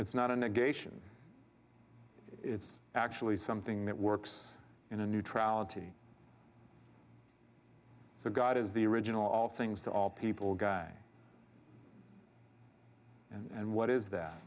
it's not a negation it's actually something that works in a neutrality so god is the original all things to all people guy and what is that